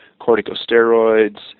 corticosteroids